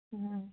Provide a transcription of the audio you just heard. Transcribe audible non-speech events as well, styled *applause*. *unintelligible*